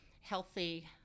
healthy